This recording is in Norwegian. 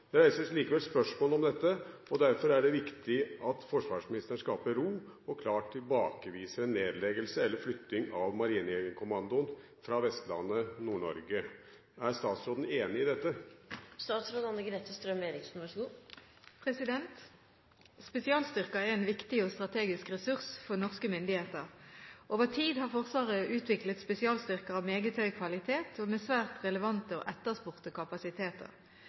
det gjelder maritim terrorberedskap. Det reises likevel spørsmål om dette, og derfor er det viktig at forsvarsministeren skaper ro og klart tilbakeviser en nedleggelse eller flytting av Marinejegerkommandoen fra Vestlandet/Nord-Norge. Er statsråden enig i dette?» Spesialstyrker er en viktig og strategisk ressurs for norske myndigheter. Over tid har Forsvaret utviklet spesialstyrker av meget høy kvalitet, med svært relevante og etterspurte kapasiteter.